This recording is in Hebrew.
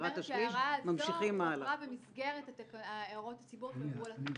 אני אומרת שההערה הזאת עברה במסגרת הערות הציבור על התקנות.